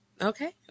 okay